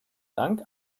dank